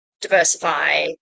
diversify